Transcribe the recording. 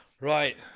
Right